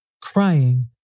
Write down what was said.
crying